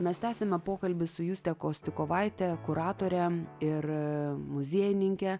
mes tęsiame pokalbį su juste kostikovaite kuratore ir muziejininke